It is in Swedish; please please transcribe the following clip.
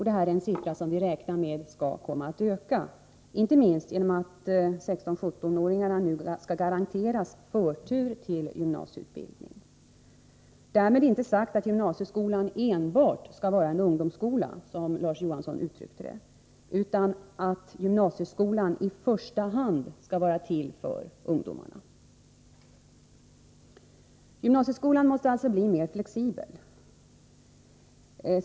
Denna siffra räknar vi med skall komma att öka, inte minst genom att 16 och 17-åringarna nu skall garanteras förtur till gymnasieutbildning. Därmed inte sagt att gymnasieskolan enbart skall vara en ungdomsskola, som Larz Johansson uttryckte det, utan att gymnasieskolan i första hand skall vara till för ungdomarna. Gymnasieskolan måste bli mer flexibel.